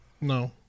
No